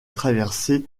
traverser